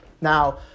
Now